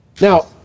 Now